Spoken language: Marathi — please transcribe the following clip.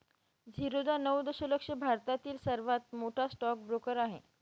झिरोधा नऊ दशलक्ष भारतातील सर्वात मोठा स्टॉक ब्रोकर आहे